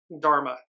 dharma